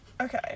Okay